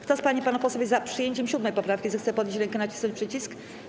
Kto z pań i panów posłów jest za przyjęciem 7. poprawki, zechce podnieść rękę i nacisnąć przycisk.